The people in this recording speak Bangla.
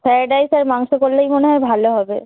ফ্রায়েড রাইস আর মাংস করলেই মনে হয় ভালো হবে